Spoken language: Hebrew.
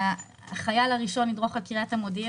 החייל הראשון ידרוך על קריית המודיעין